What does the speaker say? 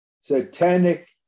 Satanic